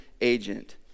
agent